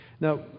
Now